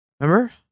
Remember